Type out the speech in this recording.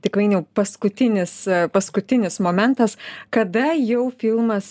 tik vainiau paskutinis paskutinis momentas kada jau filmas